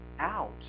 out